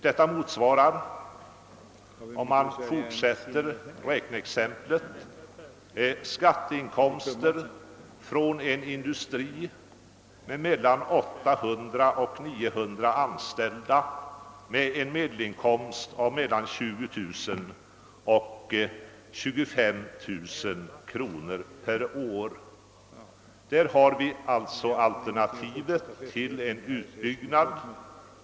Det motsvarar — om vi fortsätter räkneexemplet — skatteinkomster från en industri med mellan 800 och 900 anställda med en medelinkomst av mellan 20000 och 25000 kronor per år. Där har vi alltså alternativet till en utbyggnad.